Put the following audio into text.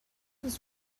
was